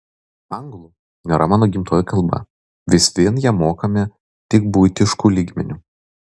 anglų nėra mano gimtoji kalba vis vien ją mokame tik buitišku lygmeniu